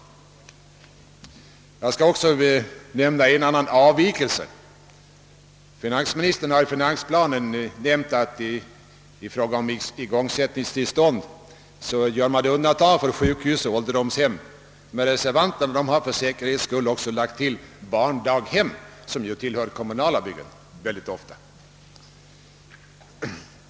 Jag skall också nämna en annan avvikelse. Finansministern har i finansplanen i fråga om igångsättningstillstånden nämnt undantagen för sjukhus och ålderdomshem. Reservanterna har för säkerhets skull också lagt till barndaghem, som ju oftast är kommunala byggen.